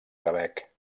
quebec